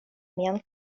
mian